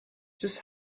just